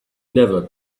never